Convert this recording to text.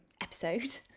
episode